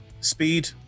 Speed